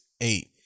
eight